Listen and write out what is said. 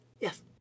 yes